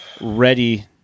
ready